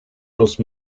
los